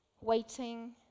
waiting